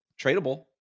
Tradable